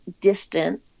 distant